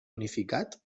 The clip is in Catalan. unificat